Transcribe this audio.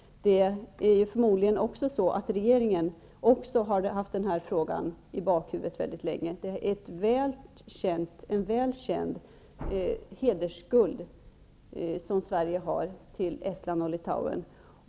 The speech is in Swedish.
Det försöker Håkan Holmberg dölja. Förmodligen har regeringen också haft den här frågan i bakhuvudet mycket länge. Det är en väl känd hedersskuld som Sverige har till Estland och Litauen.